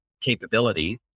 capabilities